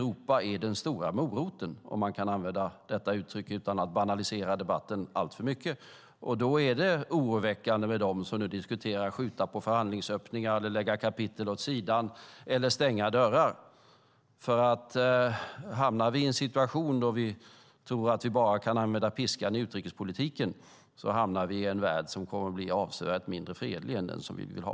Europa är den stora moroten, om man kan använda detta uttryck utan att banalisera debatten alltför mycket. Då är det oroväckande med dem som nu diskuterar om att skjuta på förhandlingsöppningar, lägga kapitel åt sidan eller stänga dörrar. Hamnar vi i en situation då vi tror att vi bara kan använda piskan i utrikespolitiken hamnar vi i en värld som kommer att bli avsevärt mindre fredlig än den som vi vill ha.